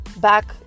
back